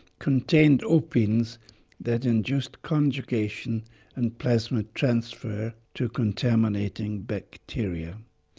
contained opines that induced conjugation and plasmid transfer to contaminating bacteria.